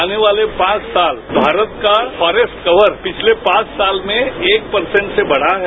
आने वाले पांच साल भारत का फोरेस्ट कवर पिछले पांच साल में एक प्रसेंट से बढ़ा है